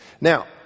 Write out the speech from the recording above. Now